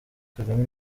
kagame